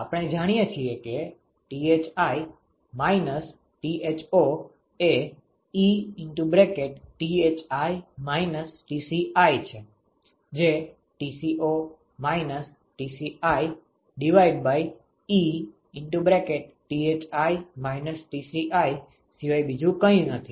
આપણે જાણીએ છીએ કે Thi - Tho એ 𝜀Thi - Tci છે જે Tco - Tci𝜀Thi - Tci સિવાય બીજું કંઇ નથી